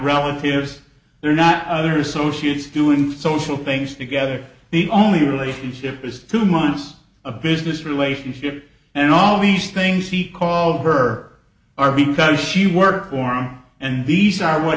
relatives they're not others so she is doing social things together the only relationship is two months a business relationship and all these things he called her are because she worked for him and these are what